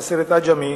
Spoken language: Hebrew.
של הסרט "עג'מי",